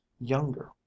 younger